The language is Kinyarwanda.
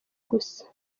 gusa